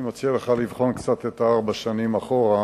אני מציע לך לבחון קצת את ארבע השנים אחורה